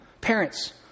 Parents